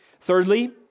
Thirdly